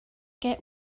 get